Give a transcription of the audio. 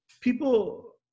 People